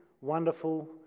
wonderful